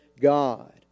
God